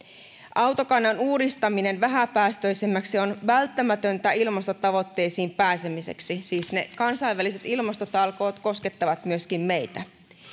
autokannan uudistaminen vähäpäästöisemmäksi on välttämätöntä ilmastotavoitteisiin pääsemiseksi siis ne kansainväliset ilmastotalkoot koskettavat myöskin meitä